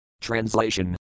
Translation